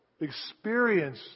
experience